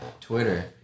Twitter